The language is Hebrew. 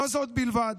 לא זו בלבד,